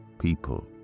people